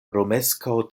romeskaŭ